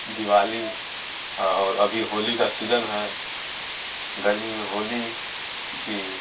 दीवाली और अभी होली का सीजन है गर्मी में होली जी